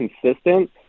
consistent